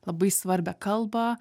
labai svarbią kalbą